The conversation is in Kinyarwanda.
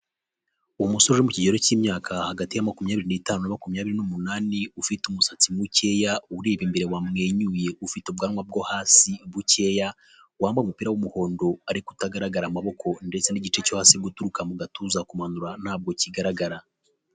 Umusore wo mu kigero cy'imyaka hagati ya makumyabiri n'itanu na makumyabiri n'umunani, ufite umusatsi mukeya ureba imbere wamwenyuye, ufite ubwanwa bwo hasi bukeya, wambaye umupira w'umuhondo ariko utagaragara amaboko, ndetse n'igice cyo hasi guturuka mu gatuza kumanura ntabwo kigaragara.